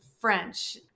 French